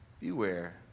beware